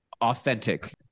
authentic